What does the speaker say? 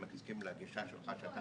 אני לא מסכים לגישה שלך שאתה